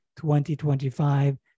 2025